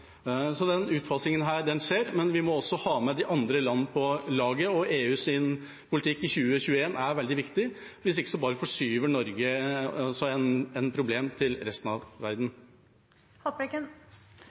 utfasingen skjer, men vi må også ha med de andre landene på laget, og EUs politikk i 2021 er veldig viktig. Hvis ikke bare forskyver Norge et problem til resten av verden.